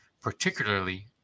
particularly